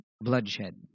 bloodshed